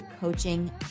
coaching